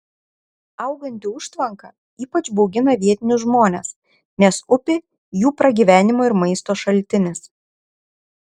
auganti užtvanka ypač baugina vietinius žmones nes upė jų pragyvenimo ir maisto šaltinis